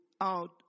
out